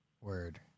Word